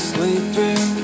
Sleeping